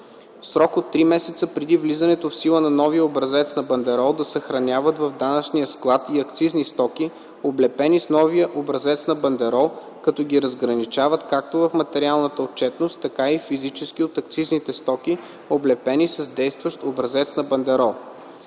срок до три месеца преди влизането в сила на новия образец на бандерол да съхраняват в данъчния склад и акцизни стоки, облепени с новия образец на бандерол, като ги разграничават както в материалната отчетност, така и физически от акцизните стоки, облепени с действащ образец на бандерол;